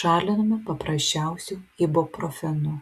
šalinome paprasčiausiu ibuprofenu